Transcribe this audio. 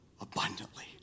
abundantly